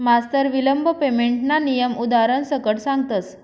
मास्तर विलंब पेमेंटना नियम उदारण सकट सांगतस